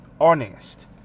honest